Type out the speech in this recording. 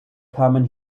kamen